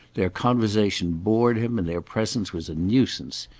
their conversation bored him and their presence was a nuisance.